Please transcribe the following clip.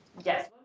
yes.